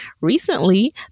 Recently